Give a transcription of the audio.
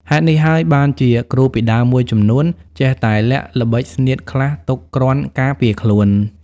ហេតុនេះហើយបានជាគ្រូពីដើមមួយចំនួន ចេះតែលាក់ល្បិចស្នៀតខ្លះទុកគ្រាន់ការពារខ្លួន ។